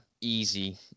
easy